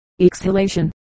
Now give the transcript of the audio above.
exhalation